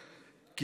שזכאיות